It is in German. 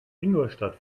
ingolstadt